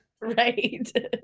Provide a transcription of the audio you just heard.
Right